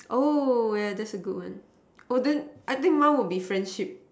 oh yeah that's a good one oh then I think mine will be friendship